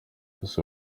gusa